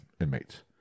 inmates